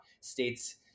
states